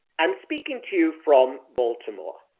i'm speaking to you from baltimore.